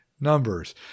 numbers